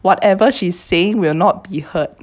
whatever she's saying will not be heard